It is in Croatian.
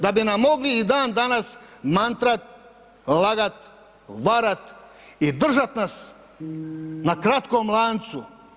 Da bi nam mogli i dan danas mantrati, lagati, varati i držati nas na kratkom lancu.